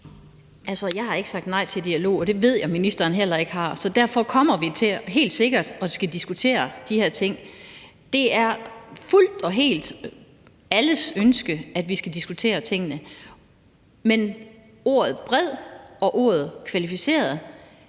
jeg har ikke sagt nej til dialog, og det ved jeg ministeren heller ikke har, så derfor kommer vi helt sikkert til at skulle diskutere de her ting. Det er fuldt og helt alles ønske, at vi skal diskutere tingene, men ordet bred og ordet kvalificeret